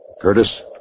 Curtis